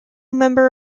member